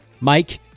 Mike